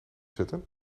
zetten